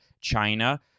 China